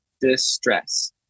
distress